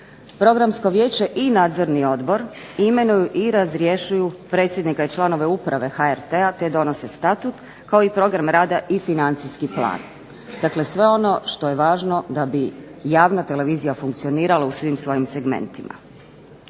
Programsko vijeće i Nadzorni odbor imenuju i razrješuju predsjednika i članove Uprave HRT-a te donose Statut kao i program rada i financijski plan. Dakle, sve ono što je važno da bi javna televizija funkcionirala u svim svojim segmentima.